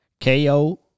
KO